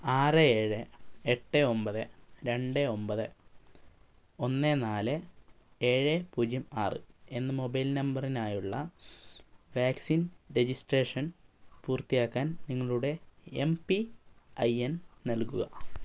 ആറ് ഏഴ് എട്ട് ഒൻപത് രണ്ട് ഒൻപത് ഒന്ന് നാല് ഏഴ് പൂജ്യം ആറ് എന്ന മൊബൈൽ നമ്പറിനായുള്ള വാക്സിൻ രജിസ്ട്രേഷൻ പൂർത്തിയാക്കാൻ നിങ്ങളുടെ എം പി ഐ എൻ നൽകുക